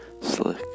slick